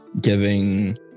giving